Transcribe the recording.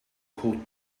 caught